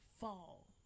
fall